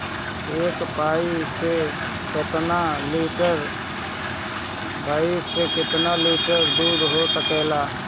एक भइस से कितना लिटर दूध हो सकेला?